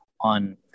on